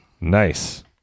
Nice